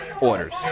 orders